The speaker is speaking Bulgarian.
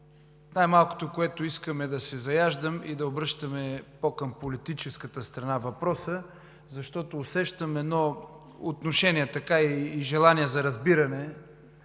Най-малкото, което искам, е да се заяждам и да обръщаме пó към политическата страна въпроса, защото усещам едно отношение и желание за разбиране